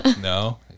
No